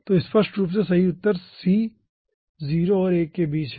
तो स्पष्ट रूप से सही उत्तर c 0 और 1 के बीच में है